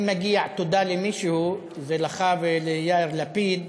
אם מגיעה תודה למישהו, זה לך וליאיר לפיד